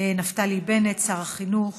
נפתלי בנט, שר החינוך.